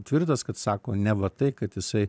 tvirtas kad sako neva tai kad jisai